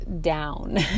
down